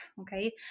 okay